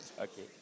Okay